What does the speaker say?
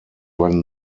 when